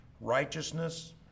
righteousness